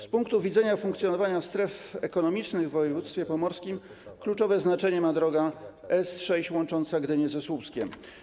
Z punktu widzenia funkcjonowania stref ekonomicznych w województwie pomorskim kluczowe znaczenie ma droga S6 łącząca Gdynię ze Słupskiem.